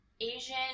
Asian